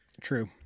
True